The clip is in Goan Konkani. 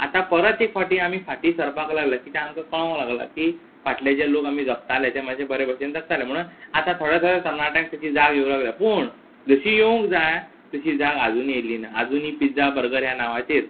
आतां परत एक फावटीं आमी फाटीं सरपाक लागल्या कित्या आमकां कळूंक लागलां की फाटले जे लोक आमी जगताले ते माश्शे बरे भशेन जगताले म्हुणून आतां थोडो थोडे तरनाट्यांक तेची जाग येवं लागल्या पूण जशी येवंक जाय तशी जाग आजून येयल्ली ना आजुनीय पिझ्झा बर्गर ह्या नांवाचेर